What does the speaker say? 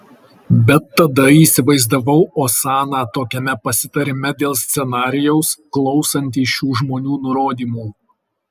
bet tada įsivaizdavau osaną tokiame pasitarime dėl scenarijaus klausantį šių žmonių nurodymų